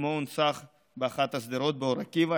שמו הונצח באחת השדרות באור עקיבא,